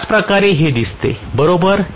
त्याच प्रकारे हे दिसते बरोबर